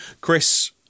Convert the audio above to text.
Chris